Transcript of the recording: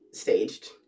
staged